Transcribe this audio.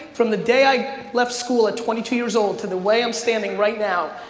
from the day i left school at twenty two years old to the way i'm standing right now,